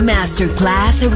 Masterclass